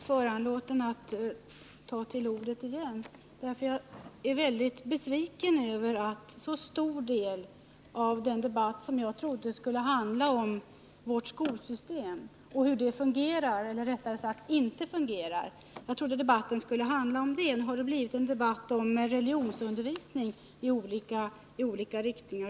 Herr talman! Jag har känt mig föranlåten att ta till orda igen. Jag är väldigt besviken över att så stor del av den debatt som jag trodde skulle handla om vårt skolsystem och hur det fungerar — eller rättare sagt inte fungerar — har blivit en debatt om religionsundervisning i olika riktningar.